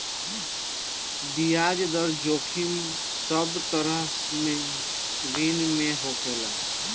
बियाज दर जोखिम सब तरह के ऋण में होखेला